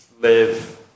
live